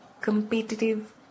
competitive